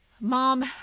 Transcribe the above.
Mom